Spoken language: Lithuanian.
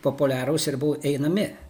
populiarūs ir buvo einami